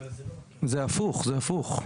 זה הפוך, זה הפוך.